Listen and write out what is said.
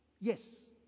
Yes